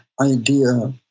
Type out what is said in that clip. idea